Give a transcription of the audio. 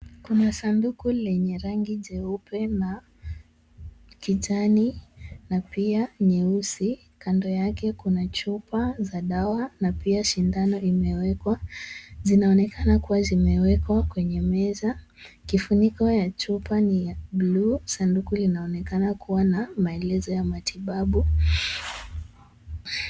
Kuna sanduku lenye rangi jeupe na kijani na pia nyeusi. Kando yake kuna chupa za dawa na pia sindano imewekwa, zinaonekana kuwa zimewekwa kwenye meza. Kifuniko ya chupa ni ya bluu, sanduku linaonekana kuwa na maelezo ya matibabu.